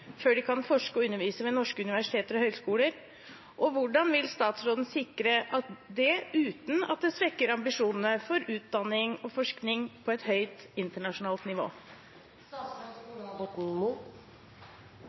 før de kan forske og undervise ved norske universitet og høyskoler, og hvordan vil statsråden sikre dette uten at det svekker ambisjonene om utdanning og forskning på et høyt internasjonalt nivå?»